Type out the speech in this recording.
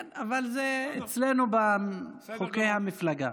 כן, אבל זה אצלנו בחוקי המפלגה.